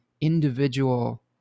individual